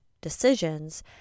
decisions